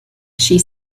she